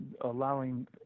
allowing